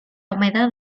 humedad